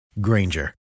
Granger